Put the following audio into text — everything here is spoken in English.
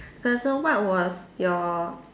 there's a what was your